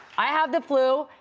i have the flu.